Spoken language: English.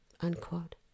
Unquote